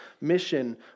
mission